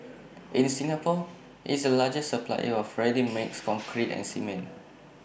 in Singapore IT is the largest supplier of ready mixed concrete and cement